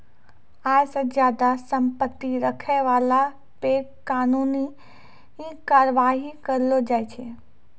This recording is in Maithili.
आय से ज्यादा संपत्ति रखै बाला पे कानूनी कारबाइ करलो जाय छै